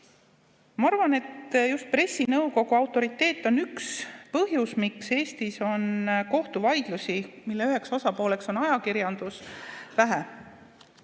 Ma arvan, et just pressinõukogu autoriteet on üks põhjus, miks Eestis on kohtuvaidlusi, mille üheks osapooleks on ajakirjandus, vähe,